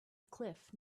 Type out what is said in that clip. cliff